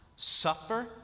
Suffer